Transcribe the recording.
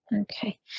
okay